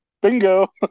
bingo